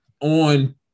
on